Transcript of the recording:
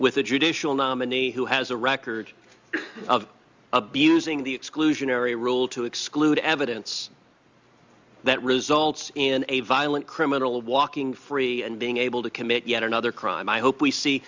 with a judicial nominee who has a record of abusing the exclusionary rule to exclude evidence that results in a violent criminal walking free and being able to commit yet another crime i hope we see